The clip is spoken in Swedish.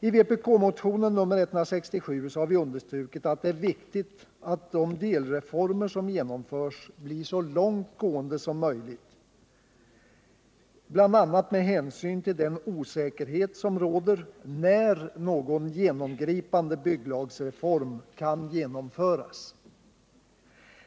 I vpk-motionen 167 har vi understrukit att det är viktigt att de delreformer som genomförs blir så långtgående som möjligt, bl.a. med hänsyn till den osäkerhet som råder när någon genomgripande bygglagsreform kan genomföras.